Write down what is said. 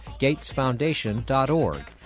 GatesFoundation.org